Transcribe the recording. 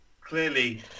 clearly